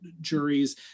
juries